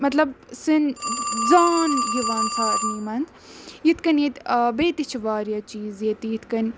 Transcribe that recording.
مطلب سٲنۍ زان یِوان سارنے منٛز یِتھ کَنۍ ییٚتہِ بیٚیہِ تہِ چھِ واریاہ چیٖز ییٚتہِ یِتھ کَنۍ